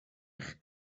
eich